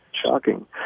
Shocking